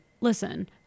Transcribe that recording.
listen –